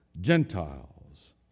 Gentiles